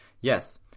Yes